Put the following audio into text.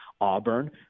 Auburn